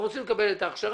הם רוצים לקבל את ההכשרה,